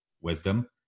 wisdom